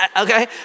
okay